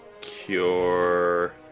Cure